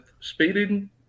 speeding